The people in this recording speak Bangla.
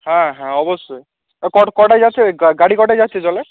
হ্যাঁ হ্যাঁ অবশ্যই কটায় যাচ্ছে গাড়ি কটায় যাচ্ছে জলের